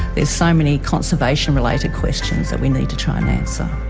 there's so many conservation related questions that we need to try and answer.